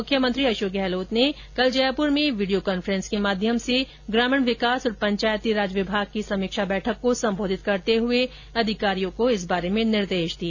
मुख्यमंत्री अशोक गहलोत ने कल जयपुर में वीडियो कॉन्फ्रेंस के माध्यम से ग्रामीण विकास और पंचायती राज विभाग की समीक्षा बैठक को संबोधित करते हुए अधिकारियों को इस बारे में निर्देश दिए